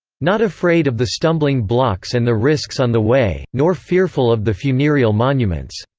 not afraid of the stumbling blocks and the risks on the way, nor fearful of the funereal monuments.